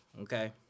okay